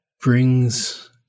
brings